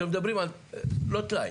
לא טלאי.